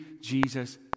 Jesus